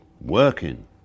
working